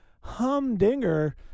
humdinger